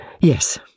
Yes